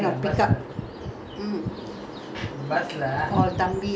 papa used to tell me they go by the kind of pickup